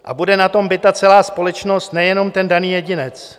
A bude na tom bita celá společnost, nejenom ten daný jedinec.